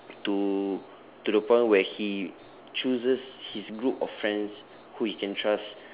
to to the point where he chooses his group of friends who he can trust